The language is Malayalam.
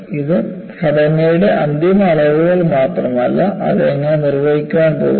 ഇത് ഘടനയുടെ അന്തിമ അളവുകൾ മാത്രമല്ല അത് എങ്ങനെ നിർവഹിക്കാൻ പോകുന്നു